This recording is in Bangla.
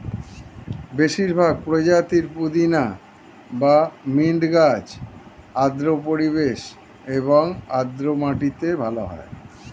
বেশিরভাগ প্রজাতির পুদিনা বা মিন্ট গাছ আর্দ্র পরিবেশ এবং আর্দ্র মাটিতে ভালো হয়